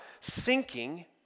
sinking